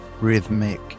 rhythmic